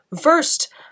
First